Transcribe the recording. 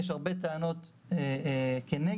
יש הרבה טענות נגד.